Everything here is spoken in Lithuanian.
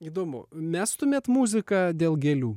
įdomu mestumėt muziką dėl gėlių